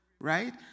right